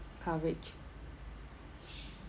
coverage